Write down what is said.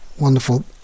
Wonderful